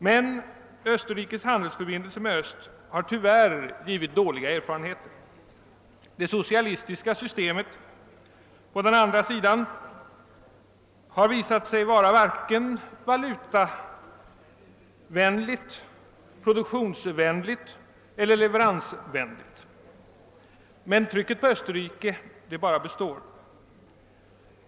Men Österrikes handelsförbindelser med Öst har tyvärr givit dåliga erfarenheter. Det socialistiska systemet på den andra sidan har visat sig vara varken valutavänligt, produktionsvänligt eller leveransvänligt. Men trycket på Österrike består.